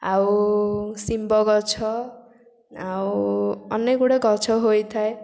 ଆଉ ଶିମ୍ବ ଗଛ ଆଉ ଅନେକଗୁଡ଼ିଏ ଗଛ ହୋଇଥାଏ